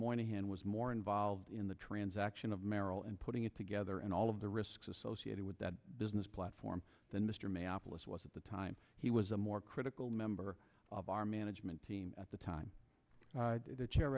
moynihan was more involved in the transaction of merrill and putting it together and all of risks associated with that business platform that mr may aapl us was at the time he was a more critical member of our management team at the time the chair